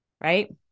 Right